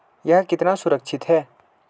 यह कितना सुरक्षित है?